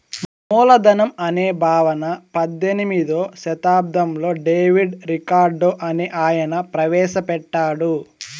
మూలధనం అనే భావన పద్దెనిమిదో శతాబ్దంలో డేవిడ్ రికార్డో అనే ఆయన ప్రవేశ పెట్టాడు